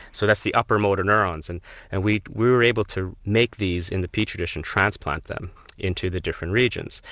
so that's the upper motor neurons, and and we were able to make these in the petri dish and transplant them into the different regions.